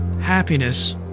Happiness